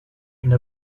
une